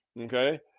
Okay